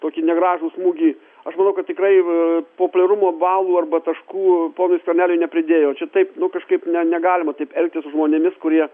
tokį negražų smūgį aš manau kad tikrai populiarumo balų arba taškų ponui skverneliui nepridėjo čia taip nu kažkaip ne negalima taip elgtis su žmonėmis kurie